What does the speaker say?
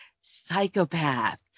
psychopath